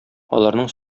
аларның